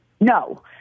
No